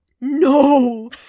No